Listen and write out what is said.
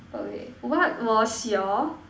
okay what was your